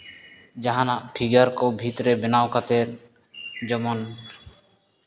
ᱡᱟᱦᱟᱱᱟᱜ ᱯᱷᱤᱜᱟᱨ ᱠᱚ ᱵᱷᱤᱛ ᱨᱮ ᱵᱮᱱᱟᱣ ᱠᱟᱛᱮᱫ ᱡᱮᱢᱚᱱ